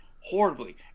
horribly